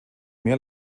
mehr